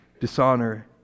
dishonor